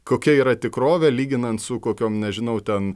kokia yra tikrovė lyginant su kokiom nežinau ten